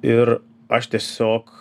ir aš tiesiog